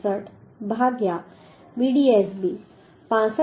67 ભાગ્યા Vdsb 65